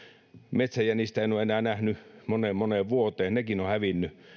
metsäjänistä en ole enää nähnyt moneen moneen vuoteen nekin ovat hävinneet